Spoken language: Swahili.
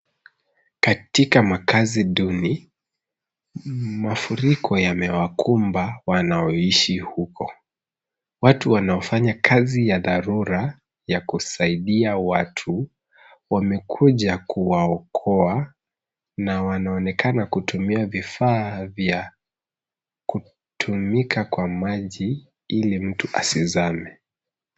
Katika makazi duni, mafuriko yamewakumba wanaoishi huko. Watu wanaofanya kazi ya dharura ya kusaidia watu wamekuja kuwaokoa na wanaonekana kutumia vifaa vya kutumika kwa maji ili mtu asizame.